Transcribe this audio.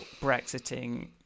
brexiting